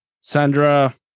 Sandra